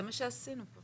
זה מה שעשינו פה.